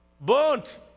burnt